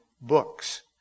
books